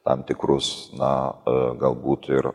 tam tikrus na galbūt ir